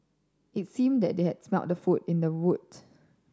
it seemed that they had smelt the food in the boot